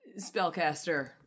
spellcaster